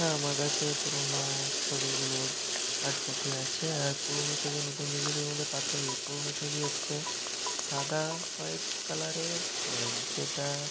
হ্যাঁ আমার কাছে পুরনো ছবিগুলোর হার্ডকপি আছে আর পুরনো ছবি ও নতুন ছবির মধ্যে পার্থক্য কী পুরনো ছবি হচ্ছে সাদা হোয়াইট কালারের হয় যেটা